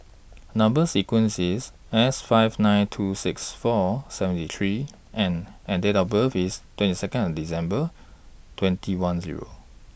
Number sequence IS S five nine two six four seventy three N and and Date of birth IS twenty Second of December twenty one Zero